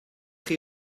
chi